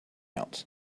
else